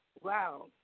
wow